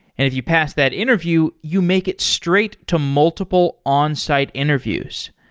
if you pass that interview, you make it straight to multiple onsite interviews.